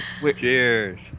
Cheers